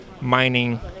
mining